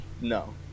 No